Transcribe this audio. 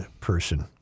person